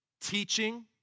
teaching